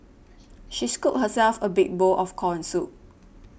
she scooped herself a big bowl of Corn Soup